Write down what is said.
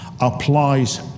applies